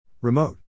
Remote